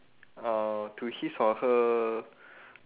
uh to his or her